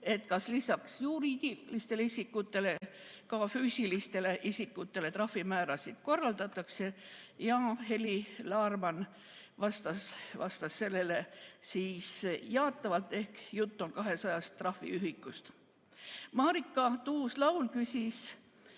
on, kas lisaks juriidilistele isikutele ka füüsilistele isikutele trahvimäärasid kohaldatakse. Heli Laarmann vastas sellele jaatavalt ehk juttu on 200 trahviühikust. Marika Tuus-Laul küsis,